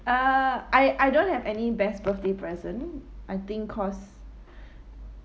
uh I I don't have any best birthday present I think cause